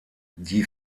die